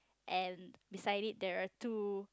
and beside it there are two